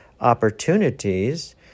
opportunities